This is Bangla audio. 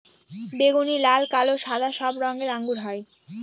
বেগুনি, লাল, কালো, সাদা সব রঙের আঙ্গুর হয়